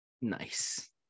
Nice